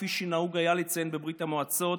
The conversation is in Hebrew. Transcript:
כפי שנהוג היה לציין בברית המועצות,